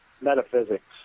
metaphysics